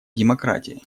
демократии